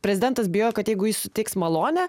prezidentas bijo kad jeigu jis suteiks malonę